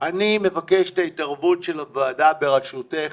אני מבקש את ההתערבות של הוועדה בראשותך